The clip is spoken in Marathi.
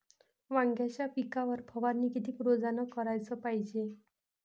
वांग्याच्या पिकावर फवारनी किती रोजानं कराच पायजे?